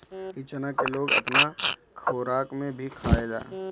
इ चना के लोग अपना खोराक में भी खायेला